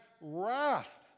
wrath